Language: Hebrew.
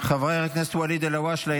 חבר הכנסת ואליד אלהואשלה,